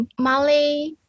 Malay